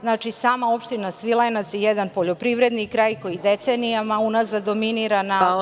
Znači, sama opština Svilajnac je jedan poljoprivredni kraj koji decenijama unazad dominira.